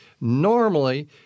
Normally